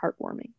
heartwarming